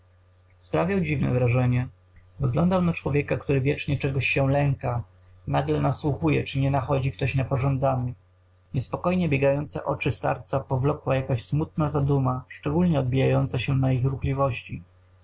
sprawiał dziwne wrażenie wyglądał na człowieka który wiecznie czegoś się lęka nagle nasłuchuje czy nie nadchodzi ktoś niepożądany niespokojnie biegające oczy starca powlokła jakaś smutna zaduma szczególnie odbijająca od ich ruchliwości